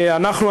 אנחנו,